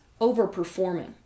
overperforming